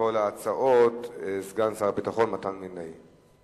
לכל ההצעות סגן שר הביטחון מתן וילנאי.